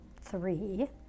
three